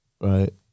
right